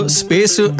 space